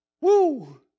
Woo